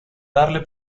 darle